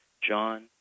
John